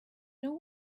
know